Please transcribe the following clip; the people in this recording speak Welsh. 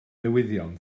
newyddion